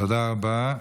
תודה רבה.